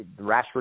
Rashford